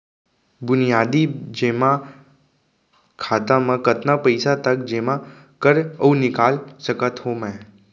बुनियादी जेमा खाता म कतना पइसा तक जेमा कर अऊ निकाल सकत हो मैं?